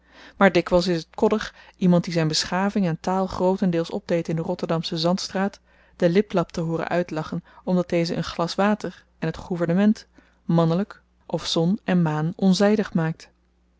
maar dikwyls is t koddig iemand die zyn beschaving en taal grootendeels opdeed in de rotterdamsche zandstraat den liplap te hooren uitlachen omdat deze een glas water en t gouvernement mannelyk of zon en maan onzydig maakt